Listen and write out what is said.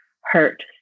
hurt